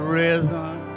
risen